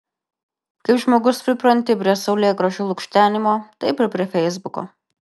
kaip žmogus pripranti prie saulėgrąžų lukštenimo taip ir prie feisbuko